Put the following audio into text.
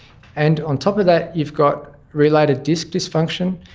and on top of that you've got related disc dysfunction,